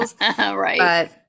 Right